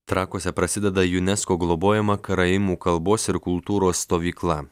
trakuose prasideda unesco globojama karaimų kalbos ir kultūros stovykla